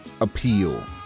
appeal